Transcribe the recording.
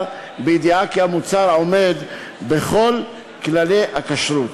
בידיעה כי המוצר עומד בכל כללי הכשרות.